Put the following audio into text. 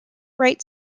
right